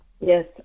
Yes